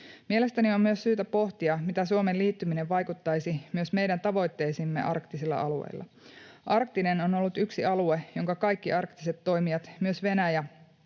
Mielestäni on myös syytä pohtia, mitä Suomen liittyminen vaikuttaisi myös meidän tavoitteisiimme arktisella alueella. Arktinen on ollut yksi alue, jonka kaikki arktiset toimijat, myös Venäjä,